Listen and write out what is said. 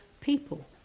people